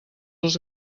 els